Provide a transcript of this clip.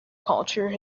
culture